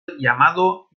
llamado